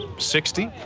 sixty?